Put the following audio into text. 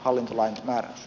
arvoisa puhemies